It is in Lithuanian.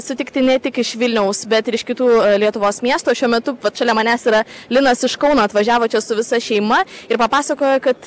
sutikti ne tik iš vilniaus bet ir iš kitų lietuvos miestų šiuo metu vat šalia manęs yra linas iš kauno atvažiavo čia su visa šeima ir papasakojo kad